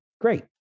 Great